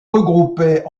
regroupés